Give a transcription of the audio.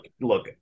look